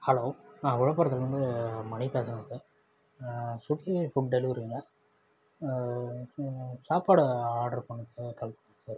hello நான் விழுப்புரத்துலேருந்து மணி பேசுகிறேன் சார் ஸ்விகி ஃபுட் டெலிவரிங்க சாப்பாடு ஆர்டர் பண்ணுறதுக்காக கால் பண்ணேன்